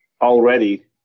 already